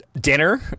dinner